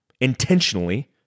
intentionally